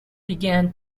began